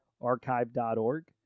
archive.org